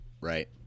Right